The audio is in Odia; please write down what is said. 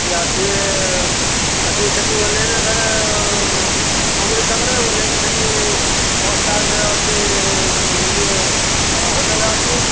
ଯଦି ଆସିବେ ଆସିକି ସେଠି ଓହ୍ଲେଇବେ ଫେରେ ମଙ୍ଗୁଳି ଛକରେ ଓହ୍ଲେଇକି ସେଠି ବସ୍ଷ୍ଟାଣ୍ଡରେ ଅଛି ଇଏ ହୋଟେଲ୍ ଅଛି